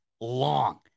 long